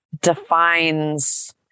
defines